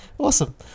Awesome